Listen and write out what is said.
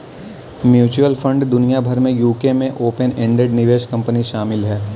mutual fund दुनिया भर में यूके में ओपन एंडेड निवेश कंपनी शामिल हैं